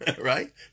Right